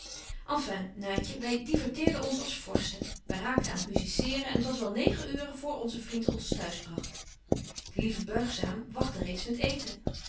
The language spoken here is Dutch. enfin naatje wy diverteerden ons als vorsten wy raakten aan t musiceeren en t was wel negen uuren voor onze vriend ons t'huis bragt de lieve buigzaam wagtte reeds met eeten